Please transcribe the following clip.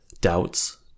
doubts